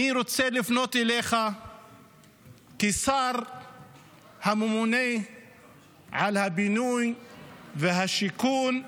אני רוצה לפנות אליך כשר הממונה על הבינוי והשיכון,